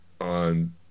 on